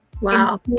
Wow